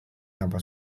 tanpa